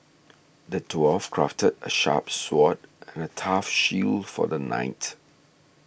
the dwarf crafted a sharp sword and a tough shield for the knight